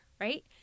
right